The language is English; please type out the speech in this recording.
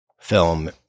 film